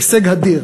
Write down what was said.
הישג אדיר.